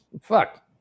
Fuck